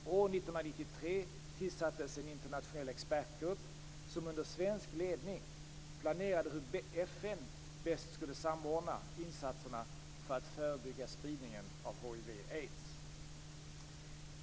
År 1993 tillsattes en internationell expertgrupp som under svensk ledning planerade hur FN bäst skulle samordna insatserna för att förebygga spridning av hiv/aids.